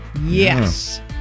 Yes